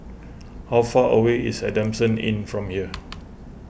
how far away is Adamson Inn from here